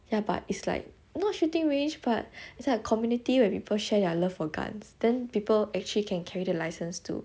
it's like not shooting range but it's like a community where people share their love for guns then people actually can carry the license to